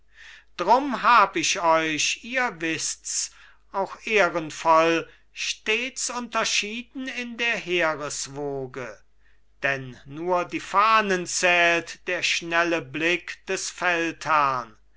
drum hab ich euch ihr wißts auch ehrenvoll stets unterschieden in der heereswoge denn nur die fahnen zählt der schnelle blick des feldherrn